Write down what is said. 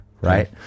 Right